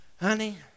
honey